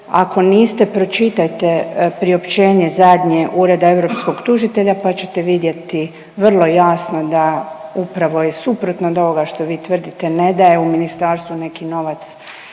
ako niste pročitajte priopćenje zadnje Ureda europskog tužitelja pa ćete vidjeti vrlo jasno da upravo je suprotno od ovoga što vi tvrdite. Ne da je u ministarstvu neki novac